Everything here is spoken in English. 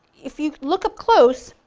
if you look up close,